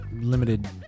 limited